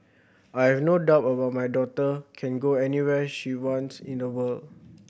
I have no doubt over my daughter can go anywhere she wants in the world